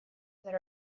that